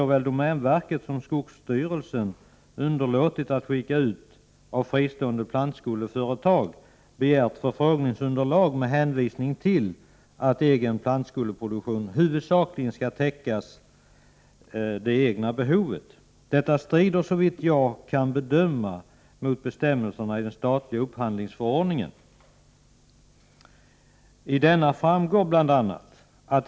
1988/89:60 skogsstyrelsen underlåtit att skicka ut av fristående plantskoleföretag begärt 2 februari 1989 förfrågningsunderlag med hänvisning till att egen plantskoleproduktion huvudsakligen skall täcka det egna behovet. Detta strider, såvitt jag kan bedöma, mot bestämmelserna i den statliga upphandlingsförordningen.